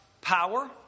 power